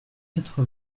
quatre